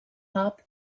hop